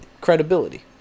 Credibility